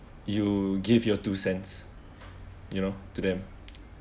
you give your two cents you know to them